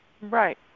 Right